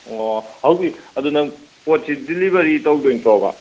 ꯑꯣ ꯍꯧꯖꯤꯛ ꯑꯗꯨ ꯅꯪ ꯄꯣꯠꯁꯤ ꯗꯦꯂꯤꯚꯔꯤ ꯇꯧꯗꯣꯏ ꯅꯠꯇ꯭ꯔꯣꯕ